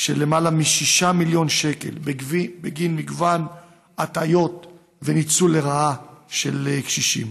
של למעלה מ-6 מיליון שקל בגין מגוון הטעיות וניצול לרעה של קשישים.